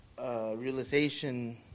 realization